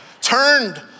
turned